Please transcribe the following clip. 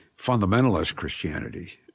fundamentalist christianity,